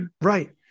right